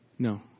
No